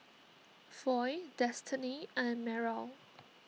Foy Destany and Meryl